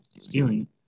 stealing